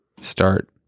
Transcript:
start